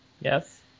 Yes